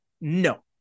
no